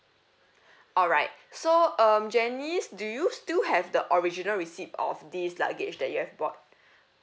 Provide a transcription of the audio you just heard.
alright so um janice do you still have the original receipt of this luggage that you have bought